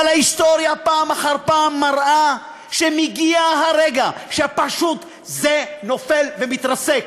אבל ההיסטוריה פעם אחר פעם מראה שמגיע הרגע שזה פשוט נופל ומתרסק.